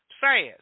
fast